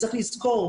צריך לזכור,